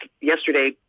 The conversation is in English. yesterday